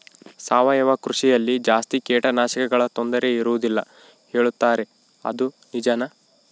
ಸಾವಯವ ಕೃಷಿಯಲ್ಲಿ ಜಾಸ್ತಿ ಕೇಟನಾಶಕಗಳ ತೊಂದರೆ ಇರುವದಿಲ್ಲ ಹೇಳುತ್ತಾರೆ ಅದು ನಿಜಾನಾ?